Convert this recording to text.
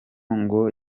ngo